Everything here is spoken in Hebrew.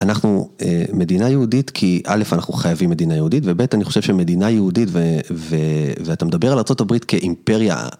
אנחנו מדינה יהודית כי א', אנחנו חייבים מדינה יהודית, וב', אני חושב שמדינה יהודית, ואתה מדבר על ארה״ב כאימפריה.